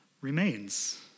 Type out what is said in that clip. remains